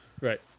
Right